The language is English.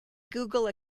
google